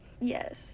yes